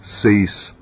cease